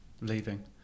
leaving